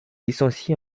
licencié